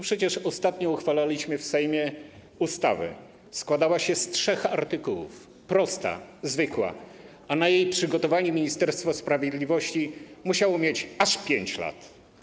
Przecież ostatnio uchwalaliśmy w Sejmie ustawę, która składała się z trzech artykułów, była prosta, zwykła, a na jej przygotowanie Ministerstwo Sprawiedliwości musiało mieć aż 5 lat.